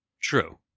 True